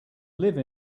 live